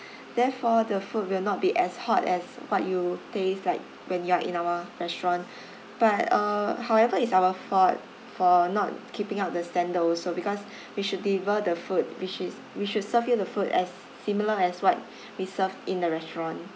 therefore the food will not be as hot as what you'll taste like when you are in our restaurant but uh however it's our fault for not keeping up the standard also because we should deliver the food which is we should serve you the food as similar as what we served in the restaurant